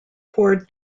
four